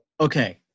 okay